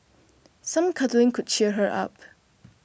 some cuddling could cheer her up